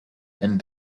and